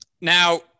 Now